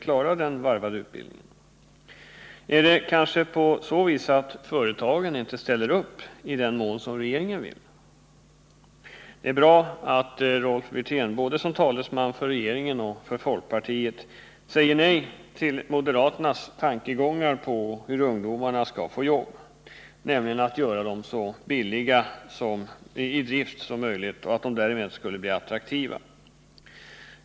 Är det kanske på så vis att företagen inte ställer upp i den mån som regeringen vill? Det är bra att Rolf Wirtén, både som talesman för regeringen och för folkpartiet, säger nej till moderaternas tankegångar om hur ungdomarna skall få jobb, nämligen att göra dem så billiga i drift som möjligt för att de därmed skall bli attraktiva.